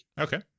Okay